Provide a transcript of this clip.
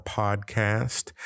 podcast